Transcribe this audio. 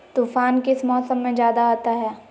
तूफ़ान किस मौसम में ज्यादा आता है?